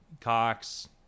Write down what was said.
Cox